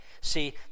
See